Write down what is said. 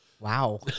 wow